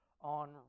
on